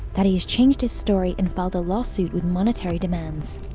that he has changed his story and filed a lawsuit with monetary demands.